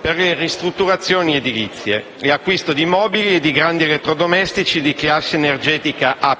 per le ristrutturazioni edilizie e acquisto di mobili e di grandi elettrodomestici di classe energetica A+